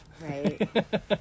right